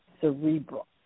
cerebral